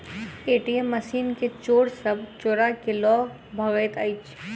ATM machine के चोर सब चोरा क ल भगैत अछि